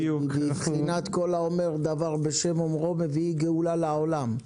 בבחינת כל האומר דבר בשם אומרו מביא גאולה לעולם.